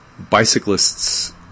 Bicyclists